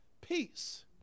peace